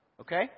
Okay